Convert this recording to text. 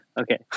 Okay